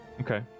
okay